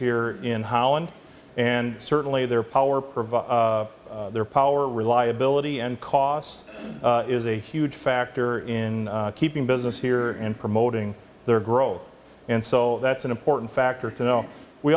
here in holland and certainly their power provide their power reliability and cost is a huge factor in keeping business here and promoting their growth and so that's an important factor to know we